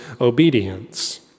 obedience